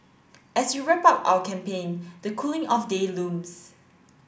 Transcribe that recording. as we wrap up our campaign the cooling off day looms